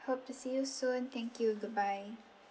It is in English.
hope to see you soon thank you goodbye